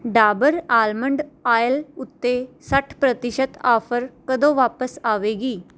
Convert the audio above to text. Dabur almond oil ਉੱਤੇ ਸੱਠ ਪ੍ਰਤੀਸ਼ਤ ਆਫ਼ਰ ਕਦੋਂ ਵਾਪਸ ਆਵੇਗੀ